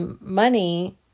money